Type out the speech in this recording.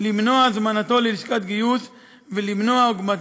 למנוע את הזמנתו ללשכת הגיוס ולמנוע עוגמת